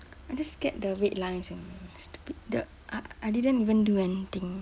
I just scared the red lines only stupid the I I didn't even do anything